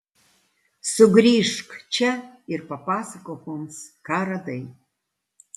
sugrįžk čia ir papasakok mums ką radai